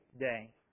day